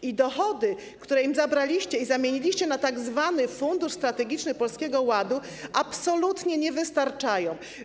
I dochody, które im zabraliście i zamieniliście na tzw. fundusz strategiczny Polskiego Ładu, absolutnie nie wystarczają.